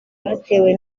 batewe